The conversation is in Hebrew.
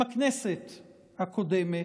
עם הכנסת הקודמת,